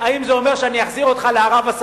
האם זה אומר שאני אחזיר אותך לערב-הסעודית,